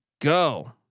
go